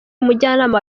umujyanama